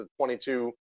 22